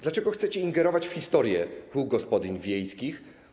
Dlaczego chcecie ingerować w historię kół gospodyń wiejskich?